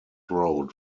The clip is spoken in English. road